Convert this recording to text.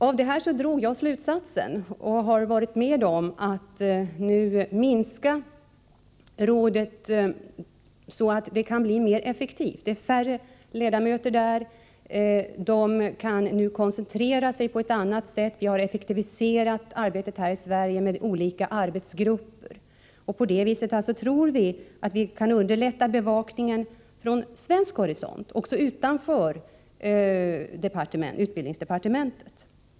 Av det drog jag slutsatser och har nu varit med om att minska rådet så att det kan bli mer effektivt. Det är färre ledamöter där, de kan nu koncentrera sig på annat, och vi har effektiviserat arbetet här i Sverige med olika arbetsgrupper. På det sättet tror vi att vi kan underlätta bevakningen från svensk horisont, också utanför utbildningsdepartementet.